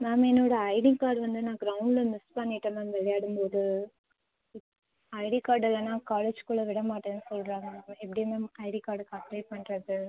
ma'am என்னோட ID card வந்து நான் கிரௌண்ட்டில மிஸ் பண்ணிவிட்டேன் மேம் விளையாடும்போது ஐடி கார்டு இல்லைன்னா காலேஜுக்குள்ளே விடமாட்டேனு சொல்லுறாங்க மேம் எப்படி மேம் ஐடி கார்டுக்கு அப்ளை பண்ணுறது